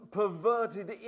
perverted